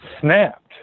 snapped